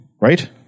right